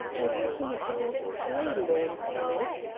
as kinney could not play lawn tennis,